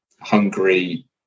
Hungary